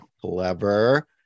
Clever